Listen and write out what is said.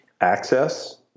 Access